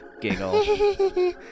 Giggle